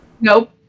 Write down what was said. Nope